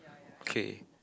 okay